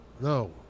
No